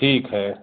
ठीक है